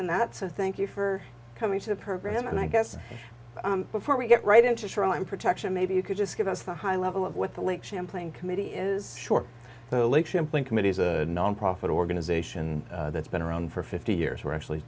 in that so thank you for coming to the program and i guess before we get right into shoreline protection maybe you could just give us the high level of what the lake champlain committee is short the lake champlain committee is a nonprofit organization that's been around for fifty years we're actually